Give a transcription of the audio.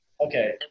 Okay